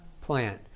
plant